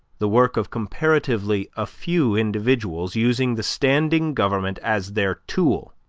the work of comparatively a few individuals using the standing government as their tool